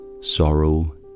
sorrow